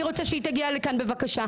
אני רוצה שהיא תגיע לכאן בבקשה.